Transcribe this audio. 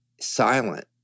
silent